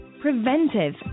preventive